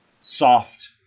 soft